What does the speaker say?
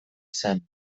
zen